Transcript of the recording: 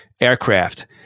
aircraft